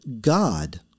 God